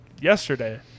yesterday